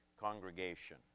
congregation